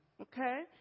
okay